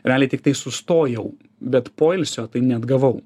realiai tiktai sustojau bet poilsio tai neatgavau